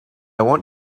want